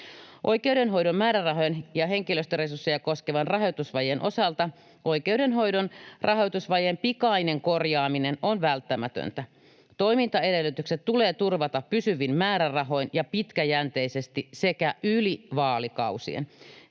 Oikeudenhoidon määrärahojen ja henkilöstöresursseja koskevan rahoitusvajeen osalta oikeudenhoidon rahoitusvajeen pikainen korjaaminen on välttämätöntä. Toimintaedellytykset tulee turvata pysyvin määrärahoin ja pitkäjänteisesti sekä yli vaalikausien.